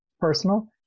personal